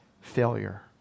failure